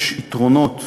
יש יתרונות